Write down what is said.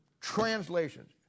translations